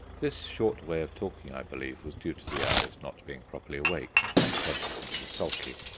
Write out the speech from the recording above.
this short way of talking, i believe, was due to the owls not being properly awake and consequently sulky.